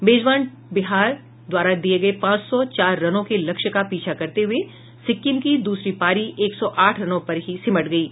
मेजबान बिहार द्वारा दिये गये पांच सौ चार रन के लक्ष्य का पीछा करते हुए सिक्किम की दूसरी पारी एक सौ आठ रनों पर ही सिमट गयी